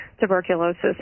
tuberculosis